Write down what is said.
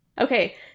Okay